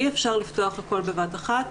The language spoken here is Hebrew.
אי-אפשר לפתוח הכול בבת אחת,